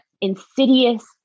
insidious